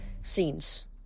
scenes